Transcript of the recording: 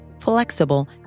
flexible